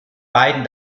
beiden